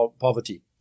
poverty